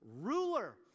ruler